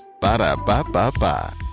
Ba-da-ba-ba-ba